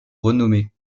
renommé